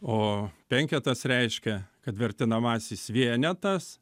o penketas reiškia kad vertinamasis vienetas